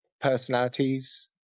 personalities